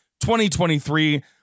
2023